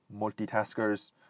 multitaskers